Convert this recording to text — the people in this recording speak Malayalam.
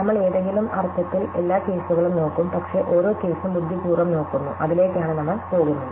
നമ്മൾ ഏതെങ്കിലും അർത്ഥത്തിൽ എല്ലാ കേസുകളും നോക്കും പക്ഷേ ഓരോ കേസും ബുദ്ധിപൂർവ്വം നോക്കുന്നു അതിലേക്കാണ് നമ്മൾ പോകുന്നത്